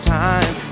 time